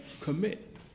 commit